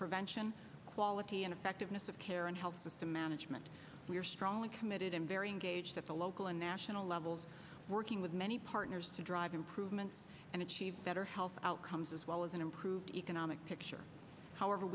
prevention quality and effectiveness of care and health with the management we're strongly committed and very engaged at the local and national levels working with many partners to drive in proven and achieve better health outcomes as well as an improved economic